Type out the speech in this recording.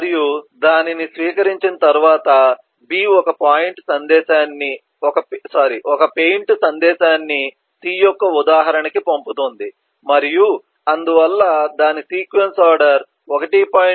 మరియు దానిని స్వీకరించిన తరువాత B ఒక పెయింట్ సందేశాన్ని C యొక్క ఉదాహరణకి పంపుతుంది మరియు అందువల్ల దాని సీక్వెన్స్ ఆర్డర్ 1